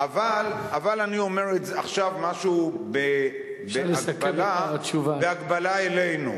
אבל אני אומר עכשיו משהו בהקבלה אלינו.